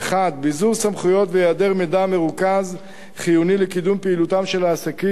1. ביזור סמכויות והיעדר מידע מרוכז חיוני לקידום פעילותם של העסקים,